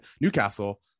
Newcastle